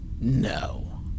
No